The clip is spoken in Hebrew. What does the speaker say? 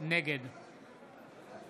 נגד